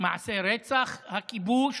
מעשי רצח, הכיבוש,